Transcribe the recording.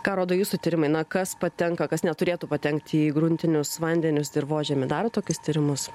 ką rodo jūsų tyrimai na kas patenka kas neturėtų patekti į gruntinius vandenis dirvožemį darot tokius tyrimus